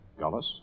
Gullis